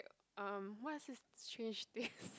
um what's this strange taste